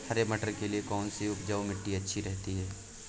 हरे मटर के लिए कौन सी उपजाऊ मिट्टी अच्छी रहती है?